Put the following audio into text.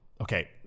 okay